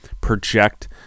project